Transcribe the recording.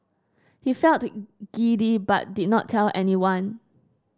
he felt giddy but did not tell anyone